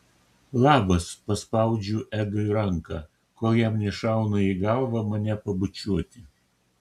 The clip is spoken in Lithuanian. labas paspaudžiu edui ranką kol jam nešauna į galvą mane pabučiuoti